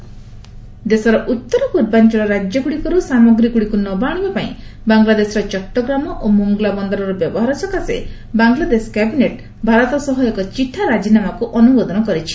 Bangladesh cabinet ଦେଶର ଉତ୍ତର ପୂର୍ବାଞ୍ଚଳ ରାଜ୍ୟ ଗୁଡ଼ିକରୁ ସାମଗ୍ରୀଗୁଡ଼ିକୁ ନବାଆଶିବା ପାଇଁ ବାଂଲାଦେଶର ଚଟଗ୍ରାମ ଓ ମୋଙ୍ଗଲା ବନ୍ଦରର ବ୍ୟବହାର ସକାଶେ ବାଂଲାଦେଶ କ୍ୟାବିନେଟ୍ ଭାରତ ସହ ଏକ ଚିଠା ରାଜିନାମାକୁ ଅନୁମୋଦନ କରଛି